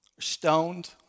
stoned